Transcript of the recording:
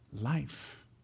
life